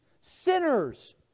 Sinners